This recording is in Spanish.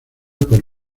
por